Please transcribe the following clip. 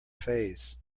fays